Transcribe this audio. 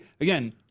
Again